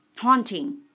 Haunting